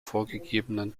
vorgegebene